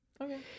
okay